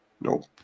Nope